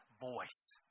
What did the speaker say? voice